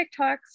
TikToks